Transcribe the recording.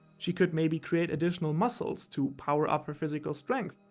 she could maybe create additional muscles to power up her physical strength.